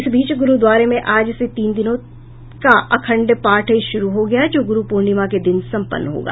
इस बीच गुरुद्वारे में आज से तीन दिनों का अखंड पाठ शुरु हो गया जो गुरु प्रर्णिमा के दिन संपन्न होगा